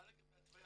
מה לגבי התוויה